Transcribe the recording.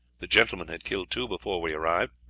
the gentleman had killed two before we arrived,